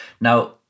Now